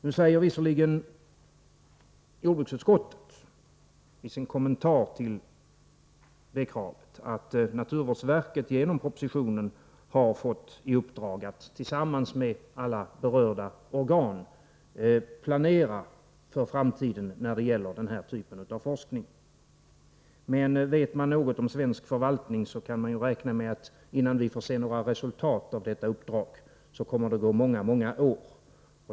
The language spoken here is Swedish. Jordbruksutskottet skriver visserligen i sin kommentar till det kravet att naturvårdsverket genom propositionen har fått i uppdrag att tillsammans med alla berörda organ planera för framtiden när det gäller den här typen av forskning. Vet man något om svensk förvaltning, kan man emellertid räkna med att det kommer att gå många år innan vi får se några resultat av detta uppdrag.